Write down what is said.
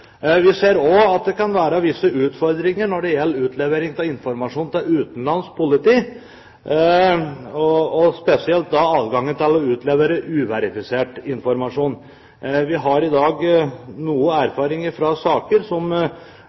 Vi ser også at det kan være visse utfordringer når det gjelder utlevering av informasjon til utenlandsk politi, og da spesielt adgangen til å utlevere uverifisert informasjon. Vi har i dag noen erfaringer med opplysninger som